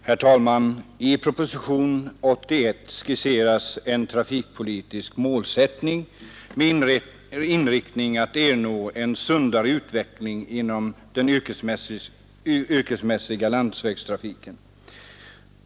Herr talman! I propositionen 81 skisseras en trafikpolitisk målsättning med inriktning att ernå en sundare utveckling inom den yrkesmässiga landsvägstrafiken.